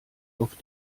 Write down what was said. auf